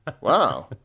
Wow